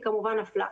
היא כמובן נפלה.